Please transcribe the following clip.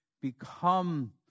become